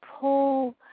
pull